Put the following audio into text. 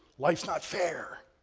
life's not fair,